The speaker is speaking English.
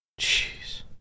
jeez